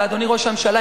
אדוני ראש הממשלה,